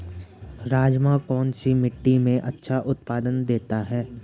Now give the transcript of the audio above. राजमा कौन सी मिट्टी में अच्छा उत्पादन देता है?